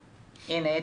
רבה.